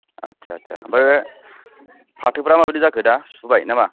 आथसा सा सा ओमफ्राय फाथोफ्रा माबायदि जाखो दा सुबाय नामा